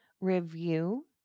review